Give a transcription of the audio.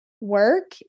work